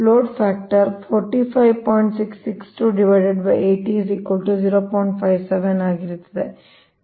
load factor ಆಗಿರುತ್ತದೆ